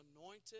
anointed